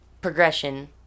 progression